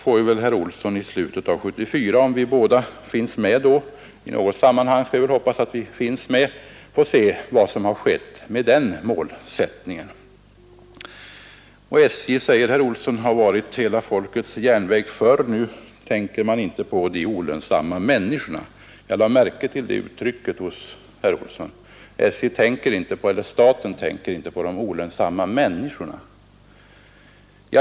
Sedan får väl herr Olsson i slutet av 1974 — om vi båda finns med då och det får vi väl hoppas att vi gör i något sammanhang — se vad som har skett med den målsättningen. SJ, säger herr Olsson, har förr varit hela folkets järnväg, men nu tänker man inte på de ”olönsamma” människorna. Jag lade märke till det uttrycket. Staten tänker inte på de ”olönsamma” människorna, menade herr Olsson.